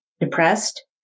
depressed